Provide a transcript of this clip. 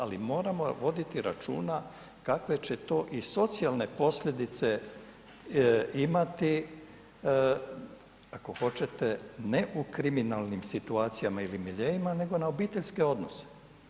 Ali moramo voditi računa kakve će to i socijalne posljedice imati ako hoćete ne u kriminalnim situacijama ili miljeima nego na obiteljske odnose.